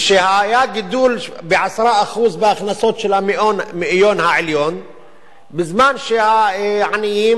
ושהיה גידול ב-10% בהכנסות המאיון העליון בזמן שהעניים